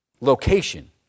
location